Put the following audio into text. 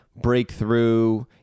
breakthrough